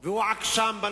עלה התות הוא עגול וגדול,